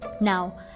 Now